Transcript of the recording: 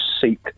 Seek